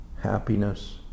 happiness